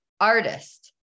artist